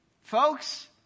Folks